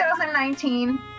2019